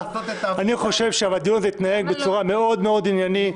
אני חושב שהדיון הזה התנהל בצורה מאוד מאוד עניינית,